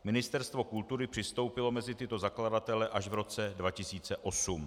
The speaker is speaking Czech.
Ministerstvo kultury přistoupilo mezi tyto zakladatele až v roce 2008.